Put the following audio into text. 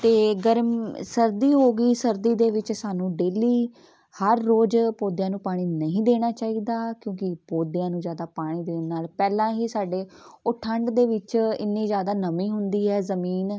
ਅਤੇ ਗਰਮ ਸਰਦੀ ਹੋ ਗਈ ਸਰਦੀ ਦੇ ਵਿੱਚ ਸਾਨੂੰ ਡੇਲੀ ਹਰ ਰੋਜ਼ ਪੌਦਿਆਂ ਨੂੰ ਪਾਣੀ ਨਹੀਂ ਦੇਣਾ ਚਾਹੀਦਾ ਕਿਉਂਕਿ ਪੌਦਿਆਂ ਨੂੰ ਜ਼ਿਆਦਾ ਪਾਣੀ ਦੇਣ ਨਾਲ ਪਹਿਲਾਂ ਹੀ ਸਾਡੇ ਉਹ ਠੰਡ ਦੇ ਵਿੱਚ ਇੰਨੀ ਜ਼ਿਆਦਾ ਨਮੀ ਹੁੰਦੀ ਹੈ ਜ਼ਮੀਨ